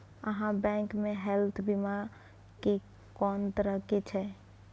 आहाँ बैंक मे हेल्थ बीमा के कोन तरह के छै?